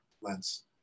lens